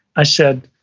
i said,